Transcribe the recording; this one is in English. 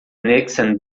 nixon